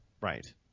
Right